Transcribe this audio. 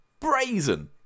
brazen